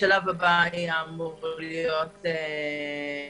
השלב הבא אמור להיות --- של